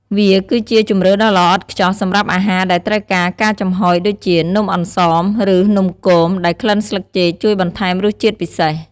វាគឺជាជម្រើសដ៏ល្អឥតខ្ចោះសម្រាប់អាហារដែលត្រូវការ ការចំហុយ ដូចជានំអន្សម ឬនំគម ដែលក្លិនស្លឹកចេកជួយបន្ថែមរសជាតិពិសេស។